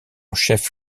chef